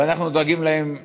ואנחנו דואגים להם לאוהלים,